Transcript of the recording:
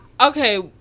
Okay